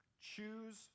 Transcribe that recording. choose